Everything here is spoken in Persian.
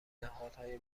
نهادهای